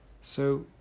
So